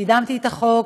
קידמתי את החוק